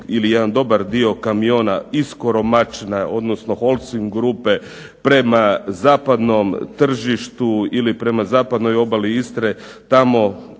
ili jedan dobar dio kamiona iz Koromačna, odnosno Holcim grupe prema zapadnom tržištu ili prema zapadnoj obali Istre tamo